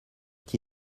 qui